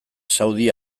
saudi